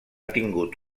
tingut